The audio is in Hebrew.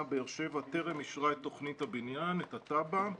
באר שבע טרם אישרה את תוכנית הבניין התב"ע.